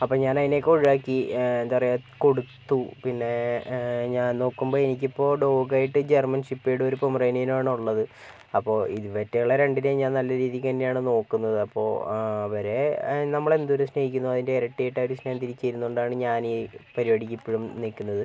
അപ്പോൾ ഞാൻ അതിനെ ഒക്കെ ഒഴിവാക്കി എന്താ പറയുക കൊടുത്തു പിന്നേ ഞാൻ നോക്കുമ്പോൾ എനിക്കിപ്പോൾ ഡോഗ് ആയിട്ട് ജർമൻ ഷെപ്പേർഡ് ഒരു പോമറേനിയനും ആണ് ഉള്ളത് അപ്പോൾ ഇവറ്റകളെ രണ്ടിനെയും ഞാൻ നല്ല രീതിക്ക് തന്നെയാണ് നോക്കുന്നത് അപ്പോൾ അവരേ നമ്മള് എന്തോരം സ്നേഹിക്കുന്നോ അതിൻ്റെ ഇരട്ടി ആയിട്ട് ആ ഒരു സ്നേഹം തിരിച്ച് തരുന്നതുകൊണ്ടാണ് ഞാൻ ഈ പരുപാടിക്ക് ഇപ്പഴും നില്കുന്നത്